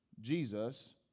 Jesus